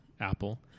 apple